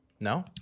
No